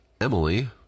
Emily